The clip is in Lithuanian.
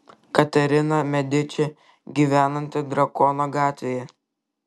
katerina mediči gyvenanti drakono gatvėje